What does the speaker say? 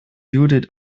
judith